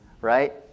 right